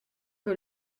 que